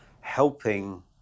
helping